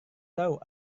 tahu